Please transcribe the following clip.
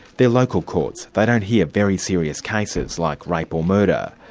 they're local courts, they don't hear very serious cases like rape or murder.